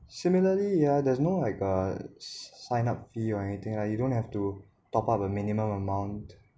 similarly yeah there's no like uh sign up fee or anything ah you don't have to top up a minimum amount